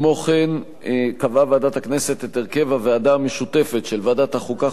כמו כן קבעה ועדת הכנסת את הרכב הוועדה המשותפת של ועדת החוקה,